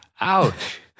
ouch